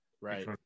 Right